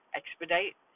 expedite